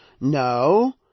no